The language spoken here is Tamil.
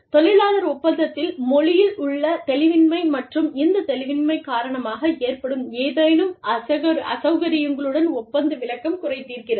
தொழிலாளர் ஒப்பந்தத்தின் மொழியில் உள்ள தெளிவின்மை மற்றும் இந்த தெளிவின்மை காரணமாக ஏற்படும் ஏதேனும் அசௌகரியங்களுடன் ஒப்பந்த விளக்கம் குறை தீர்க்கிறது